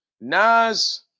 Nas